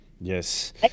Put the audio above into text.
Yes